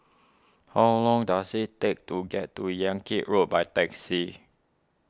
how long does it take to get to Yan Kit Road by taxi